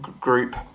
group